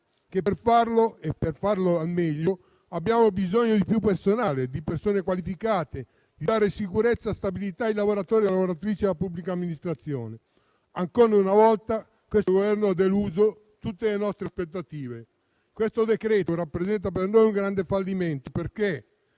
che per farlo al meglio abbiamo bisogno di più personale, di persone qualificate, di dare sicurezza e stabilità ai lavoratori e alle lavoratrici della pubblica amministrazione. Ancora una volta, questo Governo ha deluso tutte le nostre aspettative. Questo decreto-legge rappresenta secondo noi un grande fallimento perché